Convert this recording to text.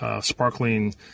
Sparkling